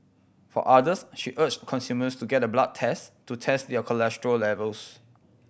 for others she urged consumers to get a blood test to test their cholesterol levels